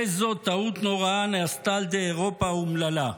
איזו טעות נוראה נעשתה על ידי אירופה האומללה".